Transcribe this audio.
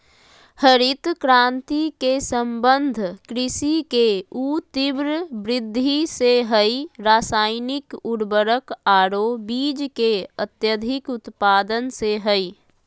हरित क्रांति के संबंध कृषि के ऊ तिब्र वृद्धि से हई रासायनिक उर्वरक आरो बीज के अत्यधिक उत्पादन से हई